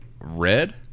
Red